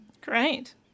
Great